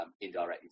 indirectly